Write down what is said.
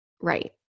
right